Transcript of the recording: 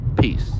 Peace